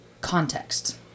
context